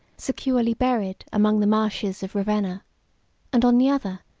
securely buried among the marshes of ravenna and, on the other,